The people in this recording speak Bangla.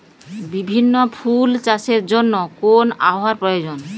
বিভিন্ন ফুল চাষের জন্য কোন আবহাওয়ার প্রয়োজন?